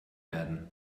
werden